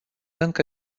încă